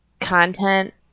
content